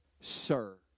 sir